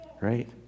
right